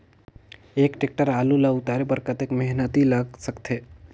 एक टेक्टर आलू ल उतारे बर कतेक मेहनती लाग सकथे?